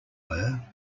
were